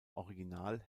original